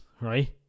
right